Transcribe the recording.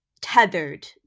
tethered